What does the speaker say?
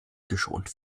geschont